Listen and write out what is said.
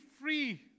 free